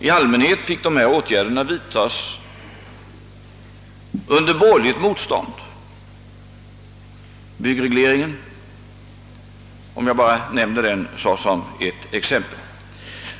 I allmänhet fick dessa åtgärder vidtagas under borgerligt motstånd — byggregleringen om jag bara nämner den såsom ett exempel.